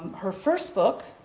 her first book,